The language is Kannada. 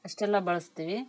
ಅಷ್ಟೆಲ್ಲ ಬಳಸ್ತೀವಿ